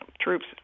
troops